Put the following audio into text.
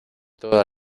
toda